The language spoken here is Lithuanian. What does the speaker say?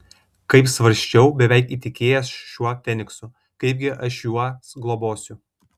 kaip svarsčiau beveik įtikėjęs šiuo feniksu kaipgi aš juos globosiu